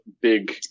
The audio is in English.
big